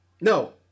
No